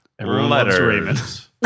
letters